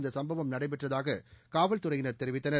இந்த சும்பவம் நடைபெற்றதாக காவல் துறையினர் தெரிவித்தனர்